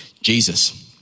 Jesus